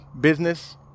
Business